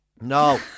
No